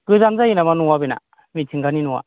गोजान जायो नामा न'आ बेना मिथिंगानि न'आ